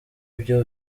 byo